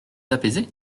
apaiser